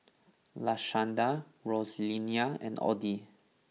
Lashanda Rosalia and Oddie